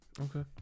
Okay